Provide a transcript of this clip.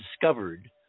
discovered